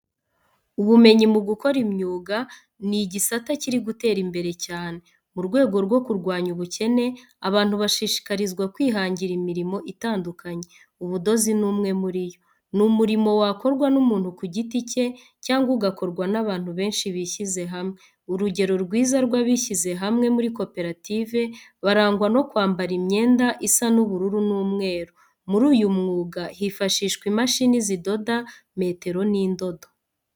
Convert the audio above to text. Ubumenyi mu gukora imyuga ni igisata kiri gutera imbere cyane. Mu rwego rwo kurwanya ubukene, abantu bashishikarizwa kwihangira imirimo itandukanye. Ubudozi ni umwe muri iyo. Ni umurimo wakorwa n'umuntu ku giti cye, cyangwa ugakorwa n'abantu benshi bishyize hamwe. Urugero rwiza rw'abishyize hamwe muri koperative barangwa no kwambara imyenda isa n'ubururu n'umweru. Muri uyu mwuga hifashishwa imashini zidoda, metero n'indodo.